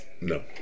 No